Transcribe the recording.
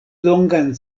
longan